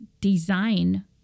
design